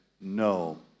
no